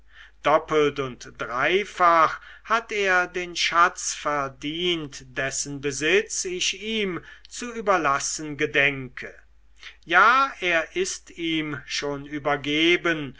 doppelt und dreifach hat er den schatz verdient dessen besitz ich ihm zu überlassen gedenke ja er ist ihm schon übergeben